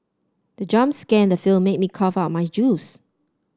the jump scare in the film made me cough out my juice